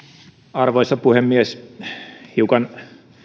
arvoisa puhemies hiukan